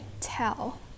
tell